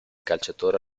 calciatore